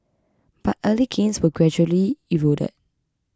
but early gains were gradually eroded